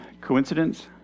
coincidence